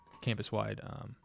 campus-wide